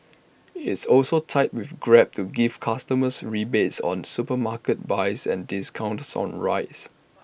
it's also tied with grab to give customers rebates on supermarket buys and discounts on rides